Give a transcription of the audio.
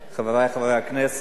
חברי חברי הכנסת,